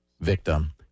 victim